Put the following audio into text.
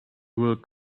whole